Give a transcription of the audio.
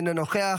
אינו נוכח.